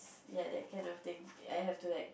ya that kind of thing I have to like